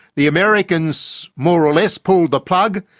the americans more or less pulled the plug.